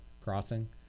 Crossing